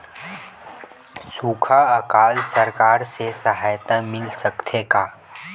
सुखा अकाल सरकार से सहायता मिल सकथे का?